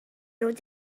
rownd